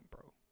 bro